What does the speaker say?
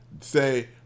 Say